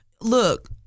look